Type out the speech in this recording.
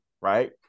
right